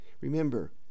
Remember